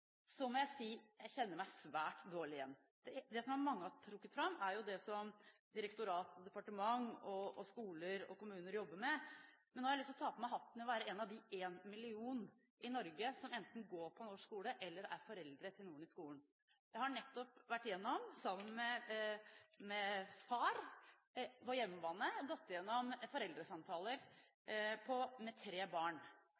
må jeg si at jeg kjenner meg svært dårlig igjen. Det som mange har trukket fram, er det som direktorat, departement, skoler og kommuner jobber med. Men nå har jeg lyst til å ta på meg hatten og være blant den ene millionen i Norge som enten går på norsk skole, eller som er foreldre til noen i skolen. Jeg har nettopp, sammen med far, på hjemmebane gått gjennom